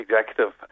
Executive